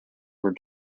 were